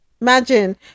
Imagine